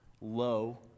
low